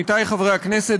עמיתי חברי הכנסת,